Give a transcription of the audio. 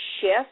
shift